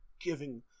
giving